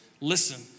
Listen